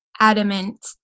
adamant